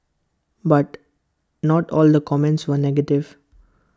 but not all the comments were negative